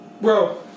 Bro